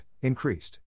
increased